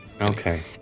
Okay